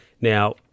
Now